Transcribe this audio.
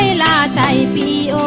la nine